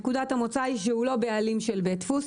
נקודת המוצא היא שהוא לא בעלים של בית דפוס.